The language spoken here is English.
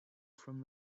from